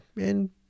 and-